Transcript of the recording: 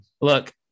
look